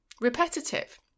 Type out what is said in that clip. repetitive